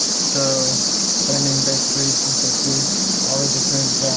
so but i'm mean basically you can still see all the different